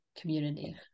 Community